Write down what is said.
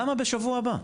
למה בשבוע הבא?